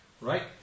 right